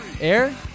air